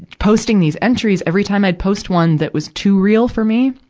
posting these entries every time i'd post one that was too real for me,